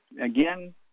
again